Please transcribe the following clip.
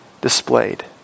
displayed